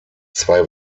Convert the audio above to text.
zwei